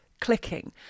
clicking